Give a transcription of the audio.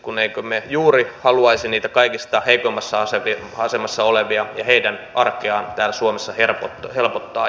emmekö me juuri haluaisi niiden kaikista heikoimmassa asemassa olevien arkea täällä suomessa helpottaa